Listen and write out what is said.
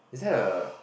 is that a